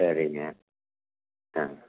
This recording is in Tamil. சரிங்க ஆ